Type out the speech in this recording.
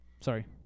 Sorry